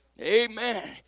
Amen